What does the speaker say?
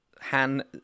Han